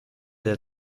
der